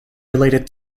related